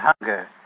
hunger